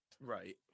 Right